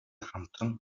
хамтран